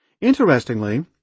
Interestingly